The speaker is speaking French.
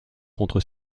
contre